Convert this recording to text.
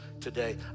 today